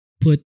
put